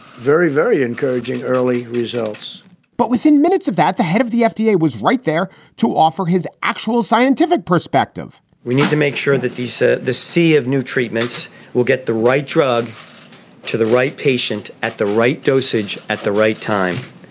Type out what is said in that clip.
very, very encouraging early results but within minutes of that, the head of the fda yeah was right there to offer his actual scientific perspective we need to make sure that he said the sea of new treatments will get the right drug to the right patient at the right dosage at the right time.